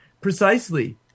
precisely